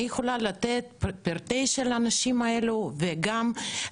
אני יכולה לתת פרטים של האנשים האלה ולהסביר.